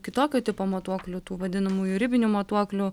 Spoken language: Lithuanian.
kitokio tipo matuoklių tų vadinamųjų ribinių matuoklių